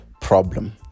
problem